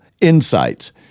Insights